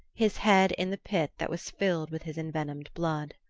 his head in the pit that was filled with his envenomed blood.